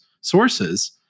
sources